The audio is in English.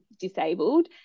disabled